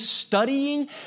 studying